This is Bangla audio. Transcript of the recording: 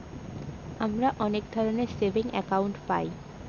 আমরা অনেক ধরনের সেভিংস একাউন্ট পায়